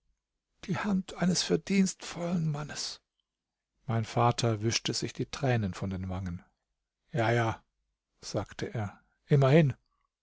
die hand eines verdienstvollen mannes mein vater wischte sich die tränen von den wangen ja ja sagte er immerhin